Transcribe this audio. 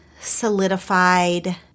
solidified